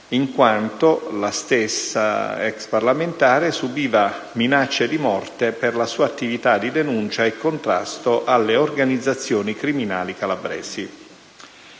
in quanto la stessa ex parlamentare subiva minacce di morte per la sua attività di denuncia e contrasto alle organizzazioni criminali calabresi.